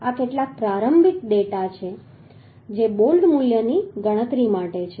તેથી આ કેટલાક પ્રારંભિક ડેટા છે જે બોલ્ટ મૂલ્યની ગણતરી માટે છે